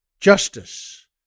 Justice